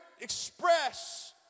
express